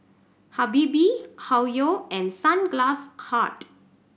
Habibie Hoyu and Sunglass Hut